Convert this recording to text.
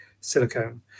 silicone